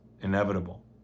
inevitable